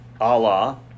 Allah